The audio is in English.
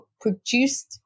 produced